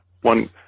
One